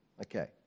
Okay